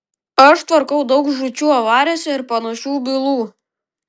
aš tvarkau daug žūčių avarijose ir panašių bylų